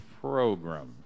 Program